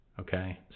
okay